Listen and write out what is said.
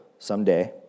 Someday